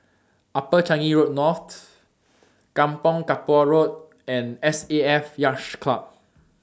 Upper Changi Road North Kampong Kapor Road and SAF Yacht Club